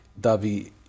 Davi